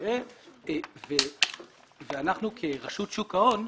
יהיה ואנחנו כרשות שוק ההון,